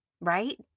right